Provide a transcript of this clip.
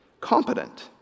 Competent